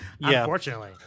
Unfortunately